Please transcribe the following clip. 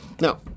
Now